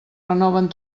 renoven